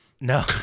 No